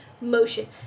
motion